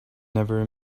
never